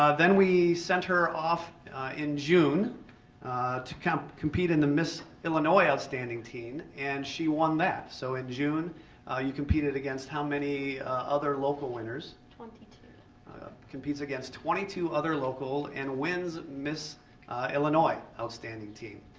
ah then we sent her off in june to compete compete in the miss illinois outstanding teen and she won that. so in june you competed against how many other local winners? twenty competes against twenty two other local and wins miss illinois outstanding teen.